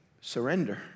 Surrender